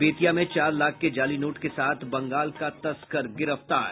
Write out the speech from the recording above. बेतिया में चार लाख के जाली नोट के साथ बंगाल का तस्कर गिरफ्तार